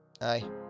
Aye